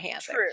true